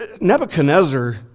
Nebuchadnezzar